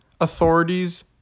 authorities